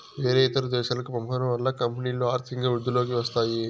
వేరే ఇతర దేశాలకు పంపడం వల్ల కంపెనీలో ఆర్థికంగా వృద్ధిలోకి వస్తాయి